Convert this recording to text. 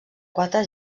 quatre